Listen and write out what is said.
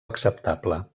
acceptable